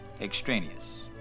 extraneous